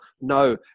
No